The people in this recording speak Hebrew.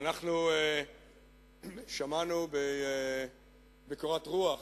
שמענו בקורת רוח